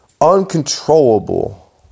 Uncontrollable